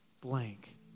blank